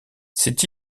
c’est